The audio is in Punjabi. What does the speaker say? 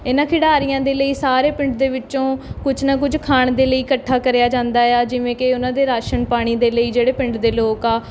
ਇਹਨਾਂ ਖਿਡਾਰੀਆਂ ਦੇ ਲਈ ਸਾਰੇ ਪਿੰਡ ਦੇ ਵਿੱਚੋਂ ਕੁਛ ਨਾ ਕੁਛ ਖਾਣ ਦੇ ਲਈ ਇਕੱਠਾ ਕਰਿਆ ਜਾਂਦਾ ਆ ਜਿਵੇਂ ਕਿ ਉਹਨਾਂ ਦੇ ਰਾਸ਼ਨ ਪਾਣੀ ਦੇ ਲਈ ਜਿਹੜੇ ਪਿੰਡ ਦੇ ਲੋਕ ਆ